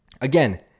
Again